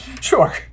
Sure